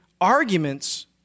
arguments